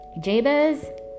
Jabez